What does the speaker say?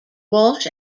walsh